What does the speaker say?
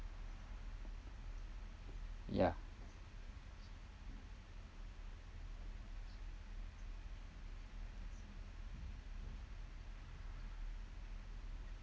yeah